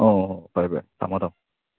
ꯑꯣ ꯐꯔꯦ ꯐꯔꯦ ꯊꯝꯃꯣ ꯊꯝꯃꯣ